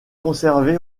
conservée